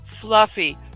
fluffy